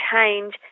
change